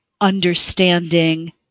understanding